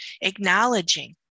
acknowledging